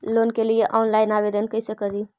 Loan के लिये online आवेदन कैसे करि?